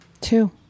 Two